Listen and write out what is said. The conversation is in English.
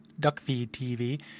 duckfeedtv